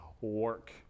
work